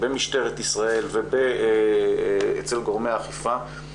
במשטרת ישראל ואצל גורמי האכיפה,